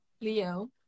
leo